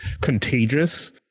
contagious